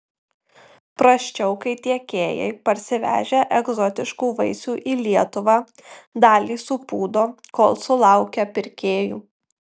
prasčiau kai tiekėjai parsivežę egzotiškų vaisių į lietuvą dalį supūdo kol sulaukia pirkėjų